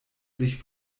sich